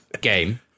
game